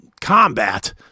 combat